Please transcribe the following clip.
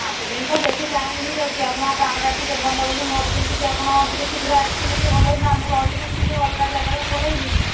ପାଞ୍ଚଦିନ ତ ବେଶି ଟାଇମ ହୋଇଯାଉଛି ଆପଣଙ୍କ କାମଟା ଟିକେ ଭଲ ବୋଲି ମୁଁ ଭାବୁଥିଲି ଟିକେ ଆପଣ ଟିକେ ଶୀଘ୍ର ଆସିଥିଲେ ଟିକେ ଭଲ ହୋଇଥାନ୍ତା ମୁଁ ରହିବିନି ଟିକେ ଅଲଗା ଜାଗାକୁ ପଳାଇବି